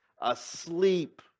Asleep